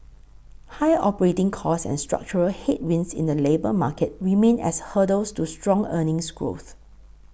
high operating costs and structural headwinds in the labour market remain as hurdles to strong earnings growth